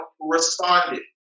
responded